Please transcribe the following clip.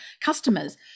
customers